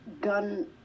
gun